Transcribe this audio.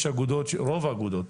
ברוב האגודות,